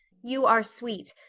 you are sweet,